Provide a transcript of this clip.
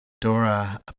Dora